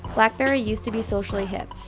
blackberry used to be socially hip.